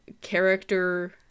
character